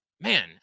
man